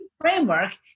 framework